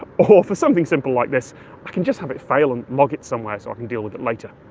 or for something simple like this, i can just have it fail and log it somewhere so i can deal with it later.